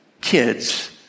kids